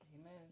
Amen